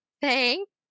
thanks